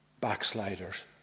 backsliders